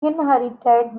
inherited